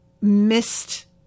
missed